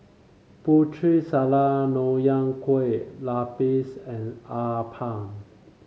Putri Salad Nonya Kueh Lapis and appam